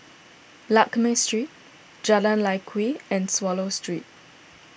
Lakme Street Jalan Lye Kwee and Swallow Street